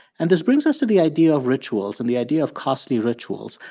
and this brings us to the idea of rituals and the idea of costly rituals.